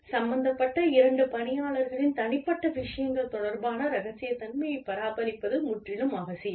சம்பந்தப்பட்ட இரண்டு பணியாளர்களின் தனிப்பட்ட விஷயங்கள் தொடர்பான இரகசியத்தன்மையைப் பராமரிப்பது முற்றிலும் அவசியம்